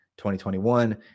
2021